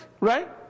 Right